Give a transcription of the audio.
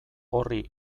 horri